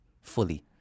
fully